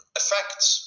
effects